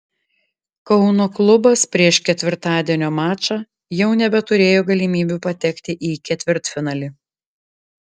kauno klubas prieš ketvirtadienio mačą jau nebeturėjo galimybių patekti į ketvirtfinalį